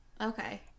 Okay